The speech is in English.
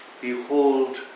behold